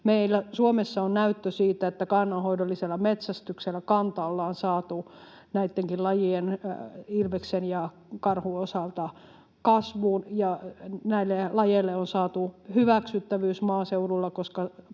Suomessa on näyttöä siitä, että kannanhoidollisella metsästyksellä kanta ollaan saatu näittenkin lajien, ilveksen ja karhun, osalta kasvuun ja näille lajeille on saatu hyväksyttävyys maaseudulla,